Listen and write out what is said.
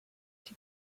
die